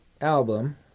album